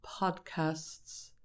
podcasts